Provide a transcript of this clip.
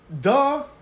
duh